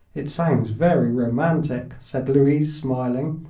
it sounds very romantic, said louise, smiling.